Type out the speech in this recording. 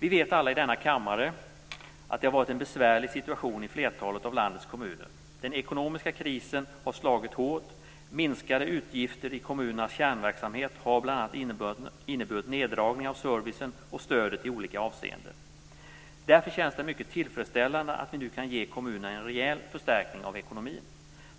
Vi vet alla i denna kammare att det har varit en besvärlig situation i flertalet av landets kommuner. Den ekonomiska krisen har slagit hårt. Minskade utgifter i kommunernas kärnverksamhet har bl.a. inneburit neddragning av servicen och stödet i olika avseenden. Därför känns det mycket tillfredsställande att vi nu kan ge kommunerna en rejäl förstärkning av ekonomin.